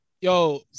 yo